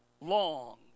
long